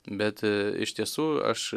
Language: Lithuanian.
bet iš tiesų aš